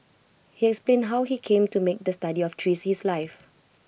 he explained how he came to make the study of trees his life